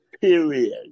Period